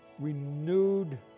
renewed